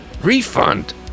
Refund